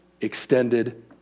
extended